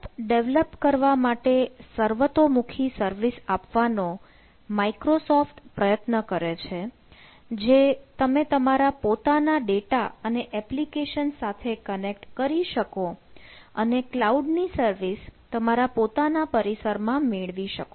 app develop કરવા માટે સર્વતોમુખી સર્વિસ આપવાનો માઈક્રોસોફ્ટ પ્રયત્ન કરે છે જે તમે તમારા પોતાના ડેટા અને એપ્લિકેશન્સ સાથે કનેક્ટ કરી શકો અને કલાઉડ ની સર્વિસ તમારા પોતાના પરિસરમાં મેળવી શકો